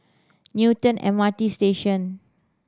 Newton M R T Station